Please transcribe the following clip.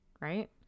Right